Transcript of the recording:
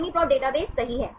UniProt database सही है